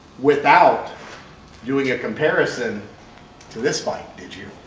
without doing a comparison to this bike did you?